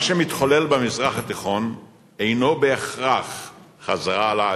מה שמתחולל במזרח התיכון אינו בהכרח חזרה לעתיד.